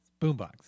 boombox